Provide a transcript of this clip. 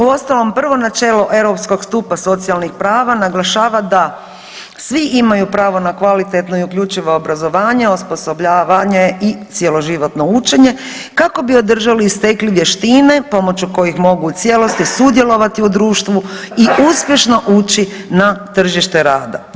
Uostalom, prvo načelo europskog stupa socijalnih prava naglašava da svi imaju pravo na kvalitetno i uključivo obrazovanje, osposobljavanje i cjeloživotno učenje kako bi održali i stekli vještine pomoći kojih u cijelosti sudjelovati u društvu i uspješno ući na tržište rada.